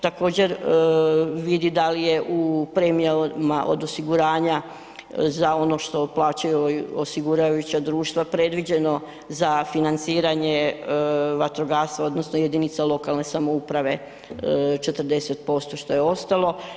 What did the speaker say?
Također vidi da li je u premijama od osiguranja za ono što uplaćuju osigurajuća društva predviđeno za financiranje vatrogastva odnosno jedinica lokalne samouprave 40% što je ostalo.